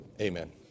Amen